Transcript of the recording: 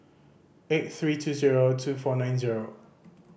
eight three two zero two four nine zero